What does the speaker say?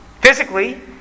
physically